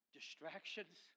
distractions